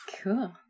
Cool